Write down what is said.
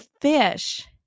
Fish